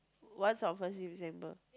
what's on first December